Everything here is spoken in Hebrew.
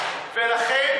ולכן